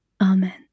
Amen